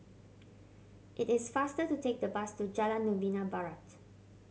it is faster to take the bus to Jalan Novena Barat